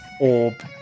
orb